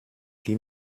guy